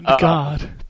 God